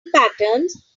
patterns